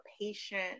patient